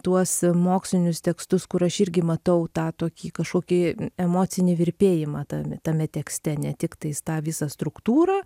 tuos mokslinius tekstus kur aš irgi matau tą tokį kažkokį emocinį virpėjimą tame tame tekste ne tik tais tą visą struktūrą